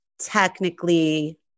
technically